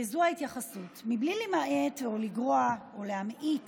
וזו ההתייחסות: בלי לגרוע או להמעיט